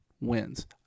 wins